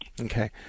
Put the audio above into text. Okay